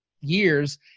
years